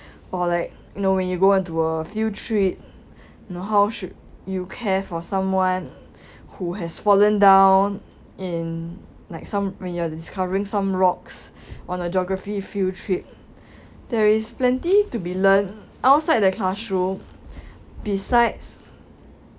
or like you know when you go into a field trip know how should you care for someone who has fallen down in like some when you're discovering some rocks on a geography field trip there is plenty to be learned outside the classroom besides